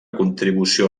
contribució